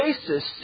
basis